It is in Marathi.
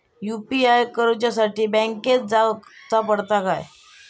यू.पी.आय करूच्याखाती बँकेत जाऊचा पडता काय?